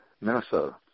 Minnesota